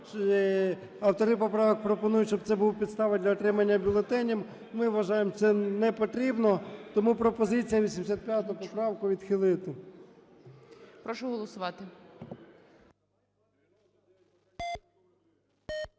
Автори поправок пропонують, щоб це була підстава для отримання бюлетенів. Ми вважаємо, це не потрібно. Тому пропозиція 85 поправку відхилити.